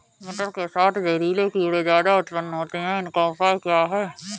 मटर के साथ जहरीले कीड़े ज्यादा उत्पन्न होते हैं इनका उपाय क्या है?